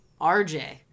RJ